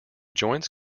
joints